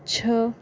छः